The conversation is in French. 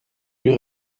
plus